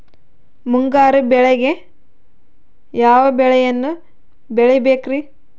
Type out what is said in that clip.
ಮುಂಗಾರು ಮಳೆಗೆ ಯಾವ ಬೆಳೆಯನ್ನು ಬೆಳಿಬೇಕ್ರಿ?